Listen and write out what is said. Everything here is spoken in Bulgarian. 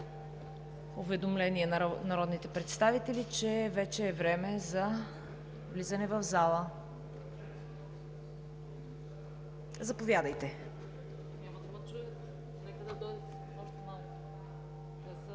уведомление на народните представители, че вече е време за влизане в залата. Заповядайте,